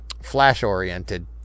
flash-oriented